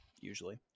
usually